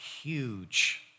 huge